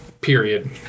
period